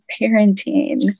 parenting